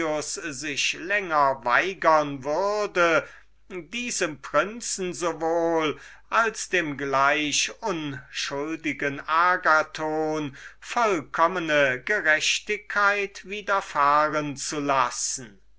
sich länger weigern wollte diesem prinzen sowohl als dem agathon vollkommne gerechtigkeit widerfahren zu lassen